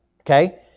okay